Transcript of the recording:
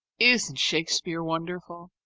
isn't shakespeare wonderful?